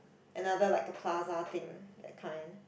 another like a plaza thing that kind